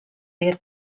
their